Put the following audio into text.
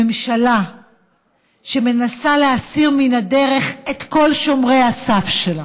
ממשלה שמנסה להסיר מהדרך את כל שומרי הסף שלה,